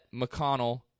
McConnell